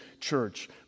church